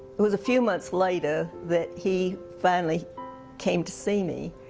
it was few months later that he finally came to see me.